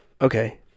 Okay